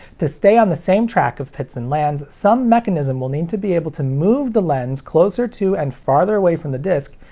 to stay on the same track of pits and lands, some mechanism will need to be able to move the lens closer to and farther away from the disc,